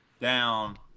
down